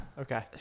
Okay